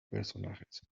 personajes